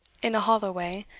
in a hollow way,